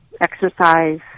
exercise